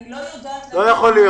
אני לא יודעת להגיד -- לא "יכול להיות"